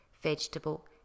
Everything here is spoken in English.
vegetable